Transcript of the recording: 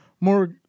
more